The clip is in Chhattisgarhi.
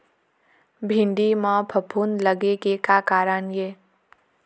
भिंडी म फफूंद लगे के का कारण ये?